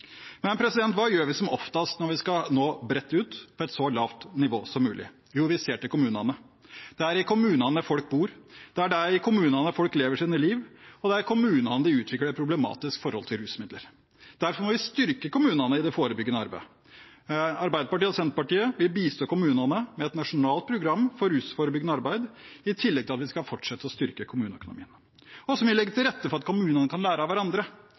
Hva gjør vi som oftest når vi skal nå bredt ut på et så lavt nivå som mulig? Jo, vi ser til kommunene. Det er i kommunene folk bor, det er i kommunene folk lever sitt liv, og det er i kommunene de utvikler et problematisk forhold til rusmidler. Derfor må vi styrke kommunene i det forebyggende arbeidet. Arbeiderpartiet og Senterpartiet vil bistå kommunene med et nasjonalt program for rusforebyggende arbeid, i tillegg til at vi skal fortsette å styrke kommuneøkonomien. Så må vi legge til rette for at kommunene kan lære av hverandre.